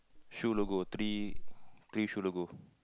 shoe logo three three shoe logo